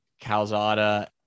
Calzada